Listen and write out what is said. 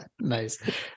Nice